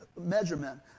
measurement